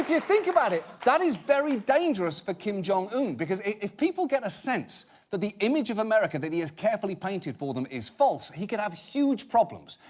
think about it, that is very dangerous for kim jong-un, because if people get a sense that the image of america that he has carefully painted for them is false, he could have huge problems.